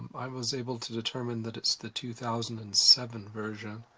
i was able to determine that it's the two thousand and seven version,